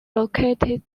located